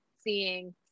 seeing